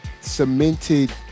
cemented